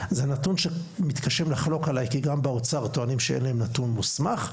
זה נתון שמתקשים לחלוק עליי כי גם באוצר טוענים שאין להם נתון מוסמך,